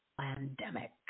pandemic